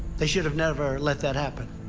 they should have never let that happen.